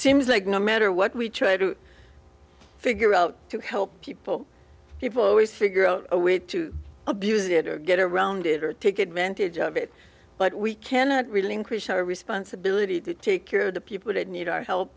seems like no matter what we try to figure out to help people people always figure out a way to abuse it or get around it or take advantage of it but we cannot relinquish our responsibility to take care of the people that need our help